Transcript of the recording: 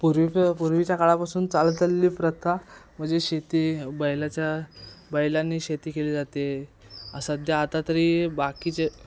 पूर्वी पूर्वीच्या काळापासून चालत आलेली प्रथा म्हणजे शेती बैलाच्या बैलांनी शेती केली जाते सध्या आता तरी बाकीचे